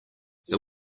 they